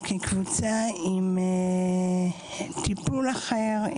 כקבוצה עם טיפול אחר,